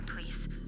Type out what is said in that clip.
please